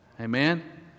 Amen